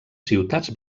ciutats